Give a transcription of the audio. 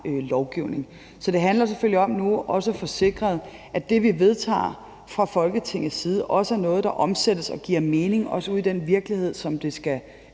lovgivning. Så det handler selvfølgelig om nu at få sikret, at det, vi vedtager fra Folketingets side, også er noget, der omsættes og giver mening ude i den virkelighed, hvor det skal